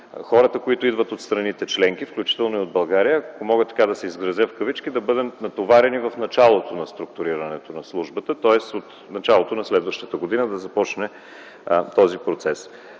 хората, които идват от страните членки, включително и от България, ако мога така да се изразя в кавички, да бъдем натоварени в началото на структурирането на службата, тоест от началото на следващата година да започне този процес.